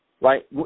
right